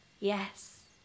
Yes